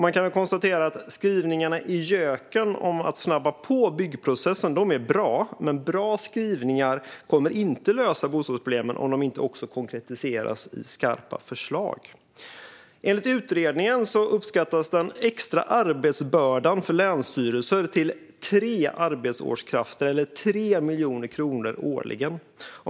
Man kan väl konstatera att skrivningarna i januariöverenskommelsen om att snabba på byggprocessen är bra, men bra skrivningar kommer inte att lösa bostadsproblemen om de inte också konkretiseras i skarpa förslag. Enligt utredningen uppskattas den extra arbetsbördan för länsstyrelserna till tre årsarbetskrafter eller 3 miljoner kronor årligen.